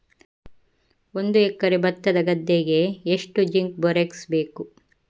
ಒಂದು ಎಕರೆ ಭತ್ತದ ಗದ್ದೆಗೆ ಎಷ್ಟು ಜಿಂಕ್ ಬೋರೆಕ್ಸ್ ಬೇಕು?